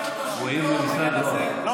אני אעביר את המסר הזה בישיבת הממשלה הקרובה.